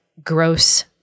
gross